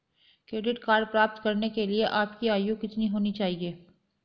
Credit card प्राप्त करने के लिए आपकी आयु कितनी होनी चाहिए?